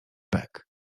bek